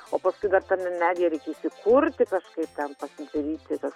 o paskui dar tame medyje reikia įsikurti kažkaip ten pasidaryti tas